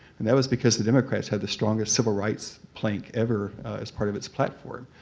and that was because the democrats had the strongest civil rights plank ever as part of its platform.